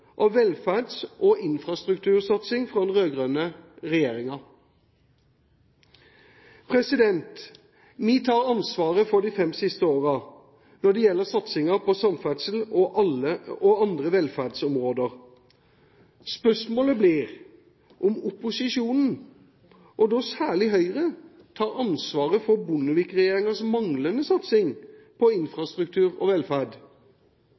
velferds- og infrastruktursatsing fra den rød-grønne regjeringen. Vi tar ansvaret for de fem siste årene når det gjelder satsingen på samferdsel og andre velferdsområder. Spørsmålet blir om opposisjonen, og da særlig Høyre, tar ansvaret for Bondevik-regjeringens manglende satsing på infrastruktur og velferd.